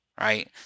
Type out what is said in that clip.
Right